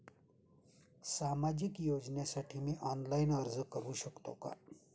सामाजिक योजनेसाठी मी ऑनलाइन अर्ज करू शकतो का?